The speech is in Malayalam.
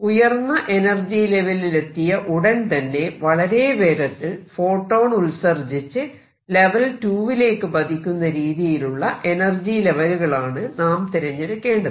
ഉയർന്ന എനർജി ലെവെലിലെത്തിയ ഉടൻ തന്നെ വളരെ വേഗത്തിൽ ഫോട്ടോൺ ഉത്സർജ്ജിച്ച് ലെവൽ 2 വിലേക്ക് പതിക്കുന്ന രീതിയിലുള്ള എനർജി ലെവലുകളാണ് നാം തിരഞ്ഞെടുക്കേണ്ടത്